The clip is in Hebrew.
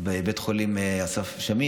בבית חולים שמיר,